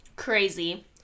Crazy